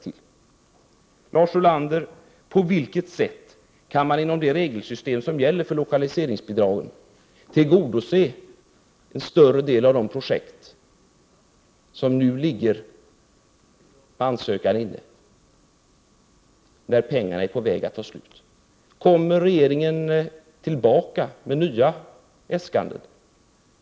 Jag vill fråga Lars Ulander: På vilket sätt kan man, när pengarna är på väg att ta slut, enligt det regelsystem som gäller för lokaliseringsbidrag tillgodose större delen av de projekt för vilka ansökningar nu finns inlämnade? Kommer regeringen tillbaka till riksdagen med nya äskanden?